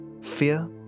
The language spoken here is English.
fear